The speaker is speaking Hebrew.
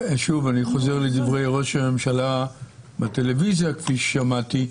אני חוזר שוב לדברי ראש הממשלה בטלוויזיה כפי ששמעתי.